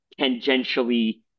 tangentially